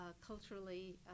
culturally